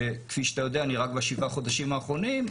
שכפי שאתה יודע אני רק שבעה חודשים האחרונים,